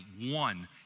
one